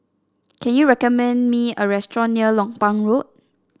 can you recommend me a restaurant near Lompang Road